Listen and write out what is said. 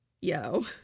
Yo